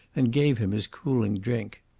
and gave him his cooling drink.